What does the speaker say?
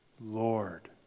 Lord